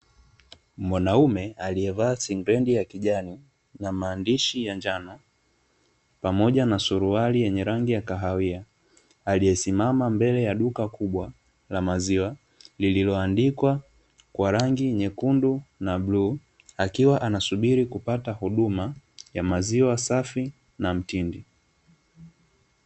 Mwanaume aliyevaa singlendi ya kijani na maandishi ya njano pamoja na suruali yenye rangi ya kahawia, aliyesimama mbele ya duka kubwa la maziwa lilioandikwa kwa rangi nyekundu na bluu akiwa anasubiri kupata huduma ya maziwa safi na mtindi.